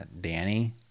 Danny